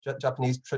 Japanese